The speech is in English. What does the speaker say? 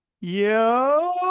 Yo